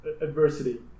adversity